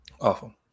awful